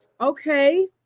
Okay